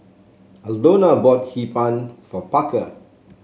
Aldona bought Hee Pan for Parker